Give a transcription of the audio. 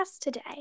today